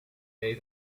cry